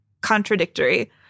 contradictory